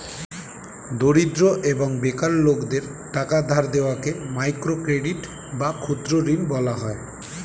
দরিদ্র এবং বেকার লোকদের টাকা ধার দেওয়াকে মাইক্রো ক্রেডিট বা ক্ষুদ্র ঋণ বলা হয়